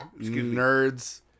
nerds